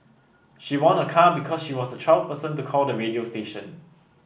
she won a car because she was the twelfth person to call the radio station